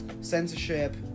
censorship